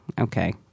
Okay